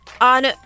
on